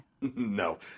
No